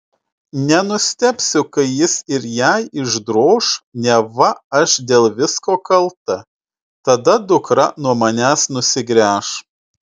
nenustebsiu kai jis ir jai išdroš neva aš dėl visko kalta tada dukra nuo manęs nusigręš